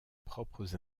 propres